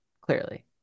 Clearly